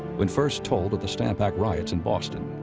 when first told of the stamp act riots in boston,